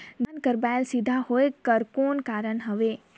धान कर बायल सीधा होयक कर कौन कारण हवे?